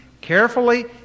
carefully